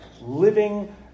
living